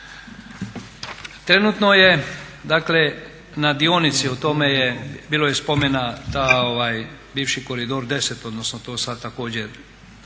Trenutno je dakle na dionici o tome je bilo spomena taj bivši koridor X odnosno to sad također